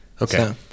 Okay